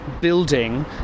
building